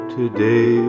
today